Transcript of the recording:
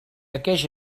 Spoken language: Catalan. aqueix